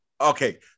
Okay